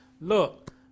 look